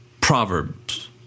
proverbs